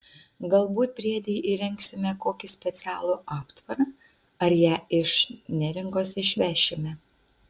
galbūt briedei įrengsime kokį specialų aptvarą ar ją iš neringos išvešime